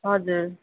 हजुर